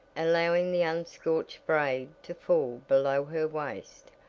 allowing the unscorched braid to fall below her waist,